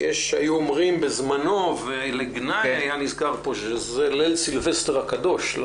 אומרים בזמנו וזה היה נזכר לגנאי שזה ליל סילבסטר הקדוש.